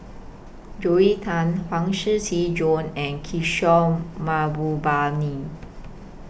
Joel Tan Huang Shiqi Joan and Kishore Mahbubani